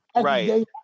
Right